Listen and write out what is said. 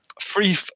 free